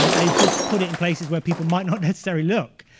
um they've just put it in places where people might not necessarily look.